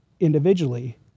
Individually